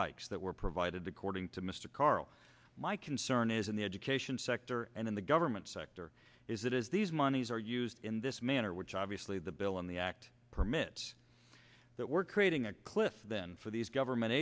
hikes that were provided the cording to mr carro my concern is in the education sector and in the government sector is that as these monies are used in this manner which obviously the bill in the act permits that we're creating a cliff then for these government